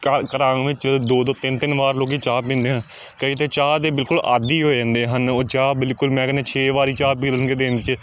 ਘਰ ਘਰਾਂ ਵਿੱਚ ਦੋ ਦੋ ਤਿੰਨ ਤਿੰਨ ਵਾਰ ਲੋਕ ਚਾਹ ਪੀਂਦੇ ਆ ਕਈ ਤਾਂ ਚਾਹ ਦੇ ਬਿਲਕੁਲ ਆਦੀ ਹੋ ਜਾਂਦੇ ਹਨ ਉਹ ਚਾਹ ਬਿਲਕੁਲ ਮੈਂ ਕਹਿੰਦਾ ਛੇ ਵਾਰੀ ਚਾਹ ਪੀ ਲੈਣਗੇ ਦਿਨ 'ਚ